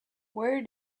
where